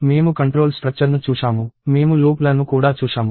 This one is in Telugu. మేము నియంత్రణ స్ట్రక్చర్ను చూశాము మేము లూప్ల ను కూడా చూశాము